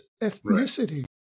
ethnicity